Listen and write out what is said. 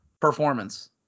performance